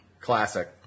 Classic